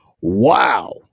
Wow